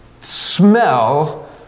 smell